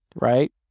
right